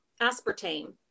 aspartame